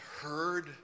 heard